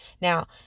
Now